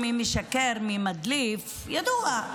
אני מבקש, די.